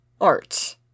art